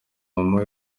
mama